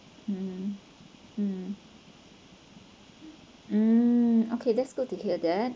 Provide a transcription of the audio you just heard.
mm mm mm okay that's good to hear that